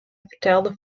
fertelde